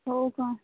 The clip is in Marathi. हो का